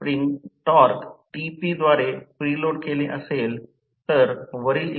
आता या प्रकरणात म्हणून उच्च व्होल्टेज बाजूला गृहीत धरले